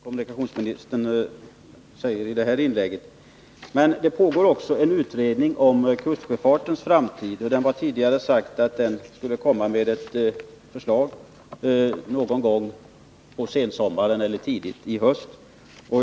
Herr talman! Det som kommunikationsministern sade i det senaste inlägget var kanske värdefullt. Men det pågår också en utredning om kustsjöfartens framtid. Tidigare har det sagts att den utredningen skulle komma med ett förslag någon gång på sensommaren eller tidigt i höst.